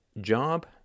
job